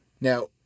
Now